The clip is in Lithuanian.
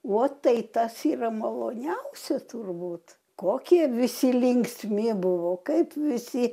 o tai tas yra maloniausia turbūt kokie visi linksmi buvo kaip visi